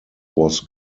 was